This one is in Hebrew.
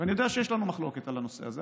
ואני יודע שיש לנו מחלוקת על הנושא הזה,